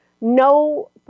no